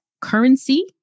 currency